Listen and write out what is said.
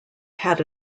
had